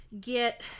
get